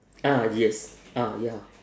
ah yes ah ya